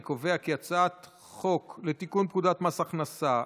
אני קובע כי הצעת חוק לתיקון פקודת מס הכנסה (מס'